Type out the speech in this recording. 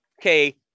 okay